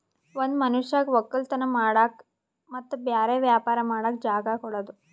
ಒಂದ್ ಮನಷ್ಯಗ್ ವಕ್ಕಲತನ್ ಮಾಡಕ್ ಮತ್ತ್ ಬ್ಯಾರೆ ವ್ಯಾಪಾರ ಮಾಡಕ್ ಜಾಗ ಕೊಡದು